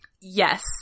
Yes